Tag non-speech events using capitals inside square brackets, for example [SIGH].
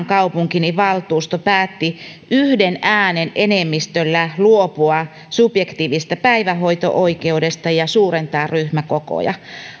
[UNINTELLIGIBLE] kaupunkini valtuusto päätti yhden äänen enemmistöllä luopua subjektiivisesta päivähoito oikeudesta ja suurentaa ryhmäkokoja